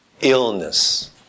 illness